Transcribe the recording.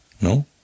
No